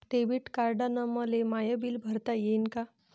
Debit कार्डानं मले my bill भरता येईन का?